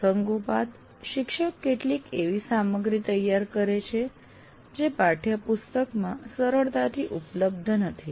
પ્રસંગોપાત શિક્ષક કેટલીક એવી સામગ્રી તૈયાર કરે છે જે પાઠ્યપુસ્તકમાં સરળતાથી ઉપલબ્ધ નથી